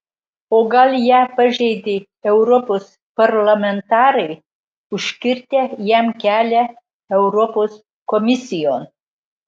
o gal ją pažeidė europos parlamentarai užkirtę jam kelią europos komisijon